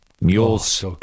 Mules